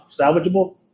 salvageable